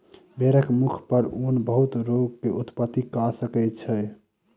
भेड़क मुख पर ऊन बहुत रोग के उत्पत्ति कय सकै छै